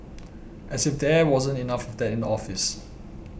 as if there wasn't enough of that in the office